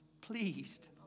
pleased